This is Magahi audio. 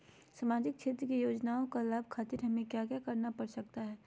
सामाजिक क्षेत्र की योजनाओं का लाभ खातिर हमें क्या क्या करना पड़ सकता है?